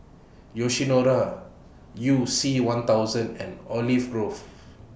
Yoshinoya YOU C one thousand and Olive Grove